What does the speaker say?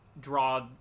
draw